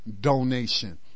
donation